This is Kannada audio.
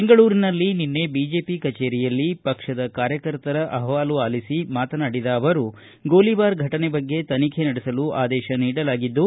ಬೆಂಗಳೂರಿನಲ್ಲಿ ನಿನ್ನೆ ಬಿಜೆಪಿ ಕಚೇರಿಯಲ್ಲಿ ಪಕ್ಷದ ಕಾರ್ಯಕರ್ತರ ಅಹವಾಲು ಆಲಿಸಿ ಮಾತನಾಡಿದ ಅವರು ಗೋಲಿಬಾರ್ ಫಟನೆ ಬಗ್ಗೆ ತನಿಖೆ ನಡೆಸಲು ಆದೇಶ ನೀಡಲಾಗಿದ್ದು